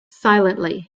silently